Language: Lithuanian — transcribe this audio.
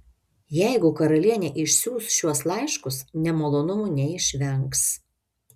jeigu karalienė išsiųs šiuos laiškus nemalonumų neišvengs